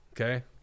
okay